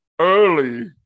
early